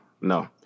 no